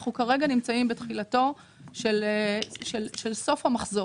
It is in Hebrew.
אנחנו כרגע נמצאים בתחילתו של סוף המחזור.